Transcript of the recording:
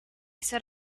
set